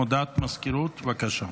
הודעת מזכירות, בבקשה.